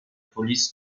police